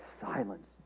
Silence